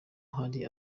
hari